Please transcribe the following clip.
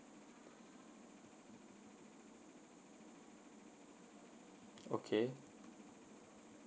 okay